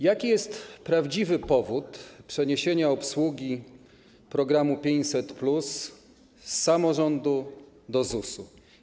Jaki jest prawdziwy powód przeniesienia obsługi programu 500+ z samorządów do ZUS?